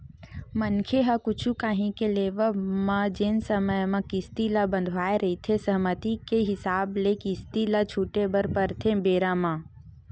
मनखे ह कुछु काही के लेवब म जेन समे म किस्ती ल बंधवाय रहिथे सहमति के हिसाब ले किस्ती ल छूटे बर परथे बेरा म